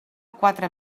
quatre